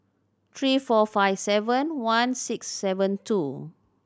three four five seven one six seven two